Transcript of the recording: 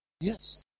Yes